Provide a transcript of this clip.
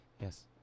yes